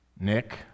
Nick